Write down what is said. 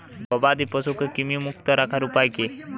গবাদি পশুকে কৃমিমুক্ত রাখার উপায় কী?